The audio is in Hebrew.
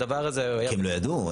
כי הם לא ידעו.